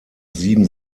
sieben